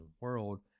world